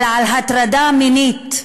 אלא על הטרדה מינית.